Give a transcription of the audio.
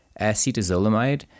Acetazolamide